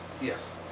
Yes